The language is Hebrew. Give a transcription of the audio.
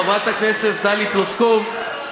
חברת הכנסת טלי פלוסקוב,